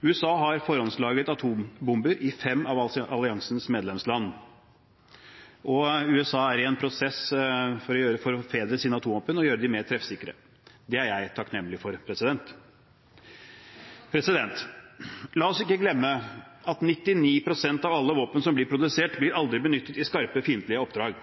USA har forhåndslagret atombomber i fem av alliansens medlemsland, og USA er i en prosess for å forbedre sine atomvåpen og gjøre dem mer treffsikre. Det er jeg takknemlig for. La oss ikke glemme at 99 pst. av alle våpen som blir produsert, blir aldri benyttet i skarpe fiendtlige oppdrag.